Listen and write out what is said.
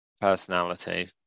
personality